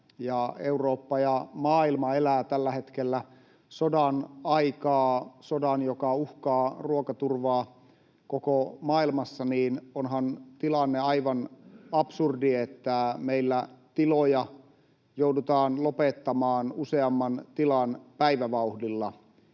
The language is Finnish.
Eurooppa ja maailma elävät tällä hetkellä sodan aikaa, sodan, joka uhkaa ruokaturvaa koko maailmassa, niin onhan tilanne aivan absurdi, se, että meillä tiloja joudutaan lopettamaan useamman tilan päivävauhdilla.